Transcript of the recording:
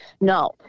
No